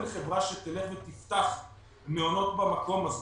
אין חברה שתלך ותפתח מעונות במקום הזה.